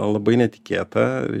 labai netikėta